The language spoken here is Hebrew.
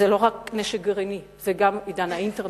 זה לא רק נשק גרעיני, זה גם עידן האינטרנט,